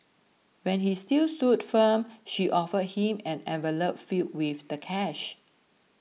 when he still stood firm she offered him an envelope filled with the cash